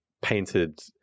painted